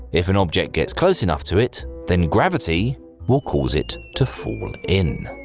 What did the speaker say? if an object gets close enough to it, then gravity will cause it to fall in.